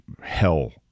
hell